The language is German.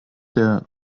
der